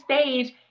stage